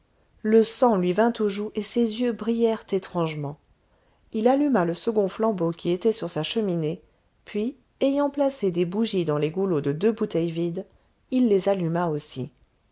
le sang lui vint aux joues et ses yeux brillèrent étrangement il alluma le second flambeau qui était sur sa cheminée puis ayant placé des bougies dans les goulots de deux bouteilles vides il les alluma aussi